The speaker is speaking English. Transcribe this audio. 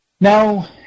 Now